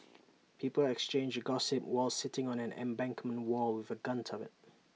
people exchanged gossip while sitting on an embankment wall with A gun turret